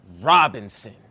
Robinson